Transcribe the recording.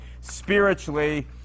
spiritually